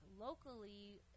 locally